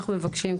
אני מבקשת דיון,